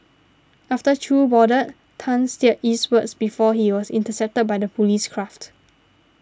after Chew boarded Tan steered eastwards before he was intercepted by the police craft